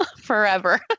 forever